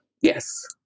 Yes